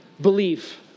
believe